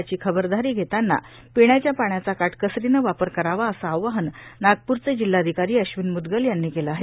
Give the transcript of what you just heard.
याची खबरदारी घेताना पिण्याच्या पाण्याचा काटकसरीने वापर करावा असे आवाहन नागप्रचे जिल्हाधिकारी अश्विन मुदगल यांनी केले आहे